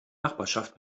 nachbarschaft